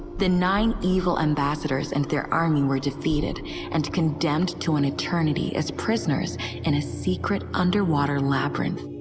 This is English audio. the nine evil ambassadors and their army were defeated and condemned to an eternity as prisoners and secret, underwater labyrinth,